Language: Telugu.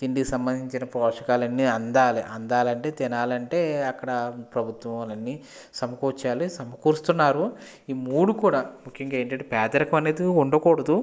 తిండి సంబంధించిన పోషకాలు అన్ని అందాలి అందాలంటే తినాలంటే అక్కడ ప్రభుత్వాలన్నీ సమకూర్చాలి సమకూర్చుతున్నారు ఈ మూడు కూడా ముఖ్యంగా ఏంటంటే పేదరికం అనేది ఉండకూడదు